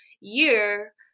year